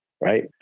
right